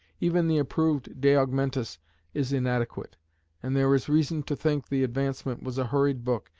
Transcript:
even the improved de augmentis is inadequate and there is reason to think the advancement was a hurried book,